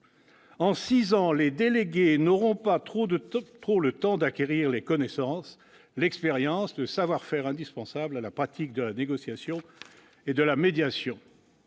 En 6 ans, les délégués n'auront pas trop le temps d'acquérir les connaissances, l'expérience et le savoir-faire indispensables à la pratique de la négociation et de la médiation